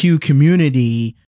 community